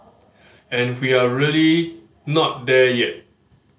and we're not really there yet